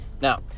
now